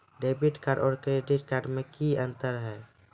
Debit card और credit card मे कि अंतर या?